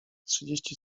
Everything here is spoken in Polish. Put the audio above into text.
trzydzieści